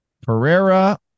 Pereira